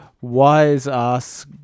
wise-ass